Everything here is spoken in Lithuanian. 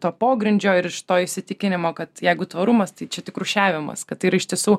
to pogrindžio ir iš to įsitikinimo kad jeigu tvarumas tai čia tik rūšiavimas kad i tai yra iš tiesų